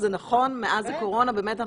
זה משהו חיובי.